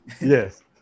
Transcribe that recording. yes